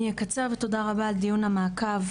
אני אקצר ותודה רבה על דיון המעקב.